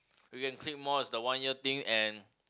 we can click more it's the one year thing and